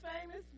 famous